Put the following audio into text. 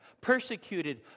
Persecuted